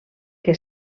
que